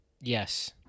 Yes